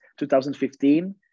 2015